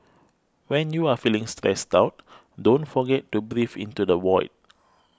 when you are feeling stressed out don't forget to breathe into the void